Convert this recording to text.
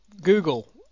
Google